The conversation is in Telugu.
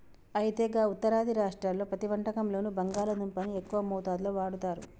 అయితే గా ఉత్తరాది రాష్ట్రాల్లో ప్రతి వంటకంలోనూ బంగాళాదుంపని ఎక్కువ మోతాదులో వాడుతారు